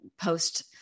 post